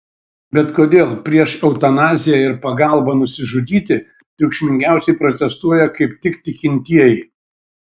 bet kodėl prieš eutanaziją ir pagalbą nusižudyti triukšmingiausiai protestuoja kaip tik tikintieji